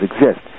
exist